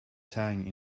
tang